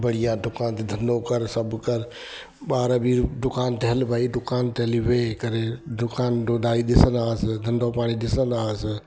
बढ़िया दुकान ते धंधो कर सभु कर ॿार बि दुकान ते हल भई दुकान ते हली वेई करे दुकान दोदाई ॾिसंदा हुआसीं धंधो पाणी ॾिसंदा हुआसीं